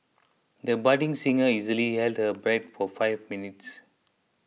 the budding singer easily held her breath for five minutes